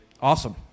Awesome